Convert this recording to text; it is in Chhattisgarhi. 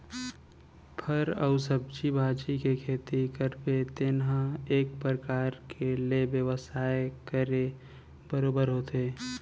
फर अउ सब्जी भाजी के खेती करबे तेन ह एक परकार ले बेवसाय करे बरोबर होथे